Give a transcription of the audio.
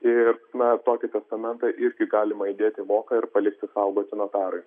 ir na tokį testamentą irgi galima įdėti į voką ir palikti saugoti notarui